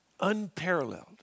unparalleled